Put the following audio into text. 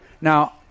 Now